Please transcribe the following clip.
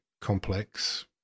complex